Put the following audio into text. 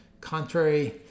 Contrary